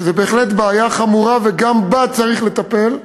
וזו בהחלט בעיה חמורה וגם בה צריך לטפל,